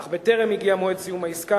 אך בטרם הגיע מועד סיום העסקה,